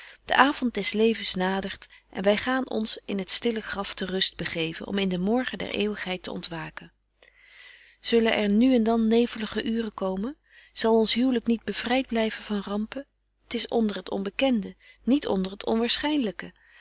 de avond des levens nadert en wy gaan ons in het stille graf betje wolff en aagje deken historie van mejuffrouw sara burgerhart ter rust begeven om in den morgen der eeuwigheid te ontwaken zullen er nu en dan nevelige uuren komen zal ons huwlyk niet bevryt blyven van rampen t is onder het onbekende niet onder het